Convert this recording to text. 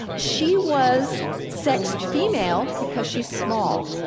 she was sexed female because she's small,